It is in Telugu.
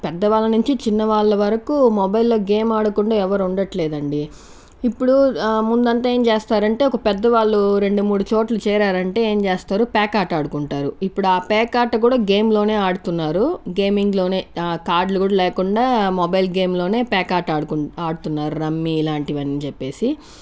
పెద్దవాళ్ళ నుంచి చిన్నవాళ్ళ వరకు మొబైల్లో గేమ్ ఆడకుండా ఎవరు ఉండట్లేదు అండి ఇప్పుడు ముందంతా ఏం చేస్తారంటే ఒక పెద్ద వాళ్ళు రెండు మూడు చోట్లు చేరారంటే ఏం చేస్తారు పేకాట ఆడుకుంటారు ఇప్పుడు ఆ పేకాట కూడా గేమ్లోనే ఆడుతున్నారు గేమింగ్లోనే కార్డులు కూడా లేకుండా మొబైల్ గేమ్ లోనే పేకాట ఆడుకుంటూ ఆడుతున్నారు రమ్మీ ఇలాంటివి అని చెప్పేసి